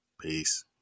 Peace